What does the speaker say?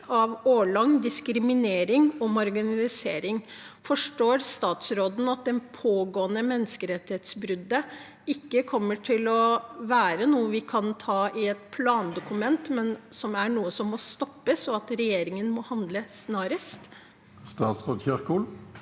av årelang diskriminering og marginalisering. Forstår statsråden at det pågående menneskerettighetsbruddet ikke kommer til å være noe vi kan ta i et plandokument, men er noe som må stoppes, og at regjeringen må handle snarest? Statsråd Ingvild